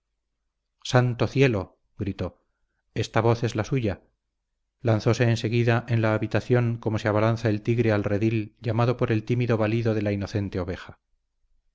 santo cielo gritó esta voz es la suya lanzóse en seguida en la habitación como se abalanza el tigre al redil llamado por el tímido balido de la inocente oveja